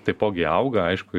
taipogi auga aišku